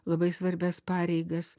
labai svarbias pareigas